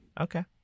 Okay